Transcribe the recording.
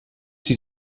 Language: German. sie